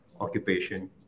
occupation